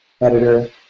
editor